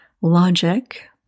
logic